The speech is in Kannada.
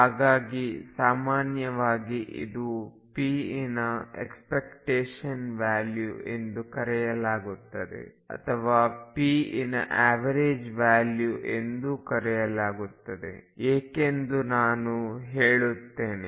ಹಾಗಾಗಿ ಸಾಮಾನ್ಯವಾಗಿ ಇದು p ಇನ ಎಕ್ಸ್ಪೆಕ್ಟೇಶನ್ ವ್ಯಾಲ್ಯೂ ಎಂದು ಕರೆಯಲಾಗುತ್ತದೆ ಅಥವಾ p ನ ಎವರೇಜ್ ವ್ಯಾಲ್ಯೂ ಎಂದು ಕರೆಯಲಾಗುತ್ತದೆ ಏಕೆಂದು ನಾನು ಹೇಳುತ್ತೇನೆ